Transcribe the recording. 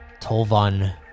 Tolvan